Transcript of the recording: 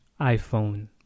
iPhone